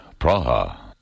Praha